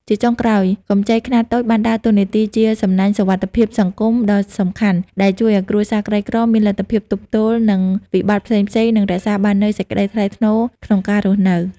ជាចុងក្រោយ កម្ចីខ្នាតតូចបានដើរតួនាទីជាសំណាញ់សុវត្ថិភាពសង្គមដ៏សំខាន់ ដែលជួយឱ្យគ្រួសារក្រីក្រមានលទ្ធភាពទប់ទល់នឹងវិបត្តិផ្សេងៗ និងរក្សាបាននូវសេចក្ដីថ្លៃថ្នូរក្នុងការរស់នៅ។